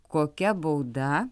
kokia bauda